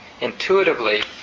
intuitively